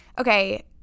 okay